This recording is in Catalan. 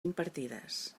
impartides